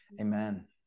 Amen